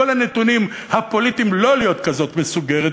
הנתונים הפוליטיים לא להיות כזאת מסוגרת